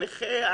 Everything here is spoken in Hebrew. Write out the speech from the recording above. הנכה,